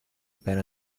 per